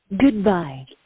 Goodbye